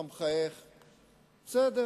אתה מחייך, בסדר.